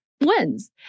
wins